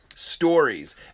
stories